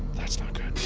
that's not good.